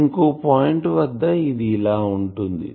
ఇంకో పాయింట్ వద్ద ఇది ఇలా ఉంటుంది